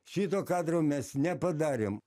šito kadro mes nepadarėm